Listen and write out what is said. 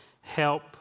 help